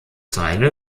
teile